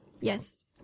Yes